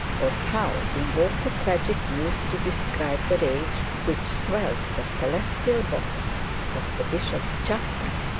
or how invoke the tragic muse to describe the rage which swelled the celestial bosom of the bishop's chaplain?